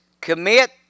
Commit